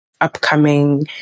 upcoming